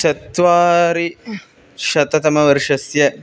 चत्वारि शततमवर्षस्य